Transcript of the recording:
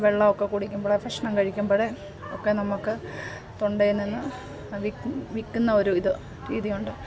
വെള്ളമൊക്കെ കുടിക്കുമ്പോൾ ഭക്ഷണം കഴിക്കുമ്പോൾ ഒക്കെ നമുക്ക് തൊണ്ടയിൽ നിന്ന് വിക്കും വിക്കുന്ന ഒരിത് രീതിയുണ്ട്